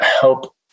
help